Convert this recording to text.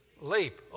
leap